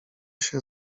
się